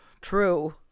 True